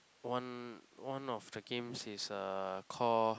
one one of the games is uh call